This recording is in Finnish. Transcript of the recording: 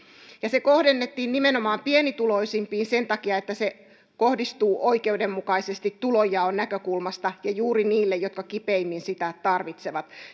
ja se kohdennettiin nimenomaan pienituloisimpiin sen takia että se kohdistuu oikeudenmukaisesti tulonjaon näkökulmasta juuri niille jotka kipeimmin sitä tarvitsevat